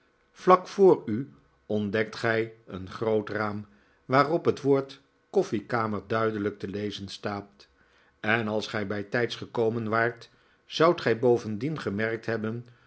vlak voor u ontdekt gij een groot raam waarop het woord koffiekamer duidelijk te lezen staat en als gij bijtijds gekomen waart zoudt gij bovendien gemerkt hebben